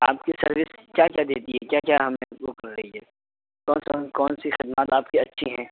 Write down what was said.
آپ کی سروس کیا کیا دیتی ہے کیا کیا ہمیں وہ کر رہی ہے کون سا کون سی خدمات آپ کی اچھی ہیں